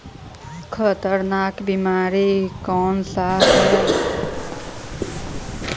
खतरनाक बीमारी कौन सा है?